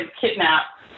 kidnap